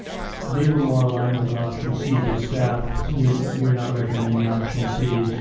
they were more aligned with option c but staff, you are not recommending option c.